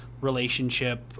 relationship